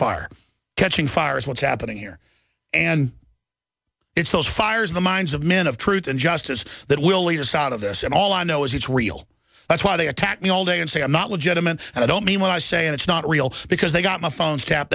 fire catching fire is what's happening here and it's those fires in the minds of men of truth and justice that will lead us out of this and all i know is it's real that's why they attack me all day and say i'm not legitimate and i don't mean what i say and it's not real because they got my phones tap